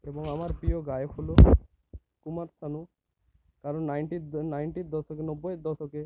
এবং আমার প্রিয় গায়ক হলো কুমার শানু কারণ নাইনটির দ নাইনটির দশকে নব্বইয়ের দশকে